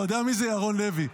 אתה יודע מי זה, ירון לוי?